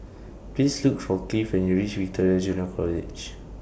Please Look For Cleave when YOU REACH Victoria Junior College